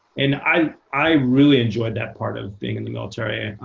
and i i really enjoyed that part of being in the military.